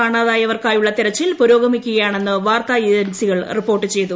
കാണാതായവർക്കായുള്ള തിരച്ചിൽ പുരോഗമിക്കുകയാണെന്ന് വാർത്താ ഏജൻസികൾ റിപ്പോർട്ട് ചെയ്തു